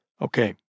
Okay